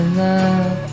love